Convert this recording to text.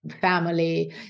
family